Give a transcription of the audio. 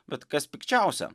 bet kas pikčiausia